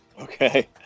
Okay